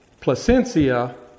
Placencia